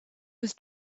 was